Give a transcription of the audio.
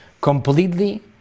completely